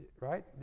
Right